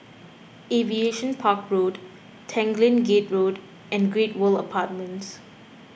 Aviation Park Road Tanglin Gate Road and Great World Apartments